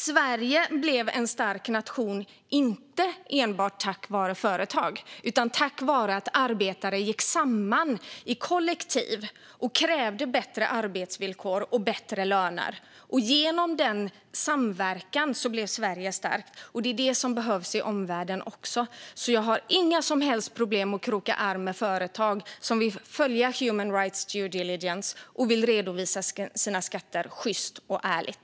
Sverige blev en stark nation inte enbart tack vare företag utan tack vare att arbetare gick samman i kollektiv och krävde bättre arbetsvillkor och bättre löner. Genom denna samverkan blev Sverige starkt, och det är detta som behövs också i omvärlden. Jag har inga som helst problem med att kroka arm med företag som vill följa human rights due diligence och vill redovisa sina skatter sjyst och ärligt.